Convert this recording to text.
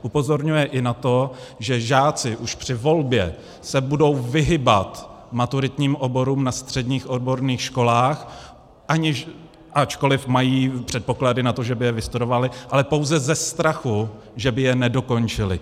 Upozorňuje i na to, že žáci už při volbě se budou vyhýbat maturitním oborů na středních odborných školách, ačkoliv mají předpoklady na to, že by je vystudovali, ale pouze ze strachu, že by je nedokončili.